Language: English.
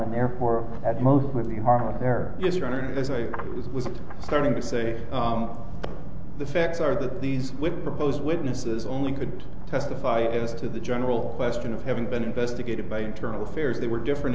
and therefore at most would be harmless there just aren't as i was starting to say the facts are that these with proposed witnesses only could testify as to the general question of having been investigated by internal affairs they were different